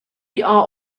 are